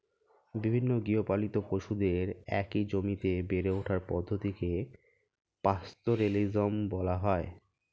বিভিন্ন গৃহপালিত পশুদের একই জমিতে বেড়ে ওঠার পদ্ধতিকে পাস্তোরেলিজম বলা হয়